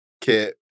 kit